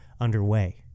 underway